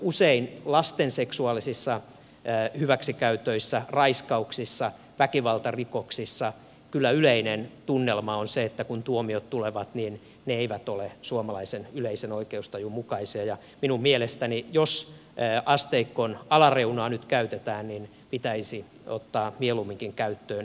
usein lasten seksuaalisissa hyväksikäytöissä raiskauksissa väkivaltarikoksissa kyllä yleinen tunnelma on se että kun tuomiot tulevat niin ne eivät ole suomalaisen yleisen oikeustajun mukaisia ja minun mielestäni jos asteikon alareunaa nyt käytetään pitäisi ottaa mieluumminkin käyttöön yläreuna